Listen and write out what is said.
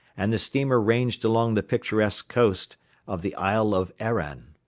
and the steamer ranged along the picturesque coast of the isle of arran.